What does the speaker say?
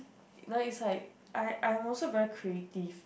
no is like I I am also very creative